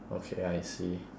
okay I see